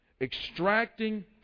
extracting